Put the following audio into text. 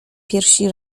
piersi